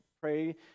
pray